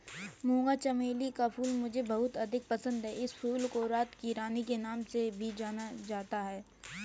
मूंगा चमेली का फूल मुझे बहुत अधिक पसंद है इस फूल को रात की रानी के नाम से भी जानते हैं